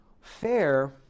FAIR